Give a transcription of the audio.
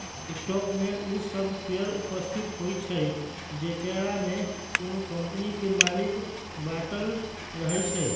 stock में उ सभ शेयर उपस्थित होइ छइ जेकरामे कोनो कम्पनी के मालिक बाटल रहै छइ